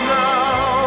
now